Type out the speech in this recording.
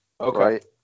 okay